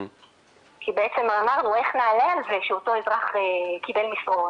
כי בעצם אמרנו 'איך נעלה על זה שאותו אזרח קיבל מסרון,